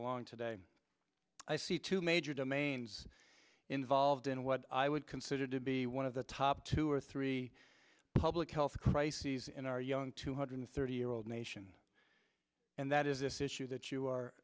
along today i see two major domains involved in what i would consider to be one of the top two or three public health crises in our young two hundred thirty year old nation and that is this issue that you are